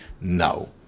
no